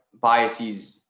biases